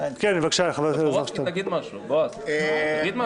בבקשה, חבר